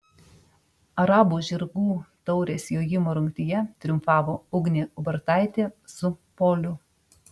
arabų žirgų taurės jojimo rungtyje triumfavo ugnė ubartaitė su poliu